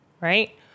right